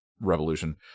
revolution